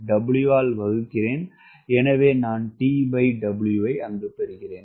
எனவே நான் T W ஐப் பெறுகிறேன்